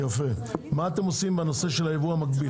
מה אתם עושים בנושא של הייבוא המקביל?